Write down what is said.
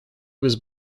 was